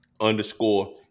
underscore